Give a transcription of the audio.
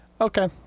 Okay